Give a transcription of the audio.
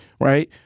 Right